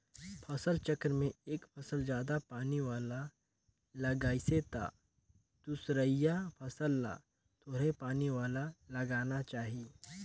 फसल चक्र में एक फसल जादा पानी वाला लगाइसे त दूसरइया फसल ल थोरहें पानी वाला लगाना चाही